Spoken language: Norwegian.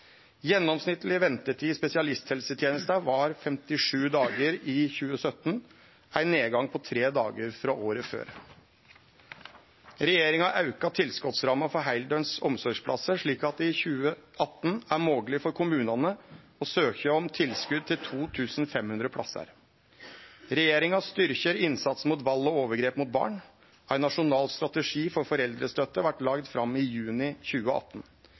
Gjennomsnittleg ventetid i spesialisthelsetenesta var 57 dagar i 2017 – ein nedgang på tre dagar frå året før. Regjeringa har auka tilskotsramma for heildøgns omsorgsplassar, slik at det i 2018 er mogleg for kommunane å søkje om tilskot til 2 500 plassar. Regjeringa styrkjer innsatsen mot vald og overgrep mot barn. Ein nasjonal strategi for foreldrestøtte vart lagd fram i juni 2018.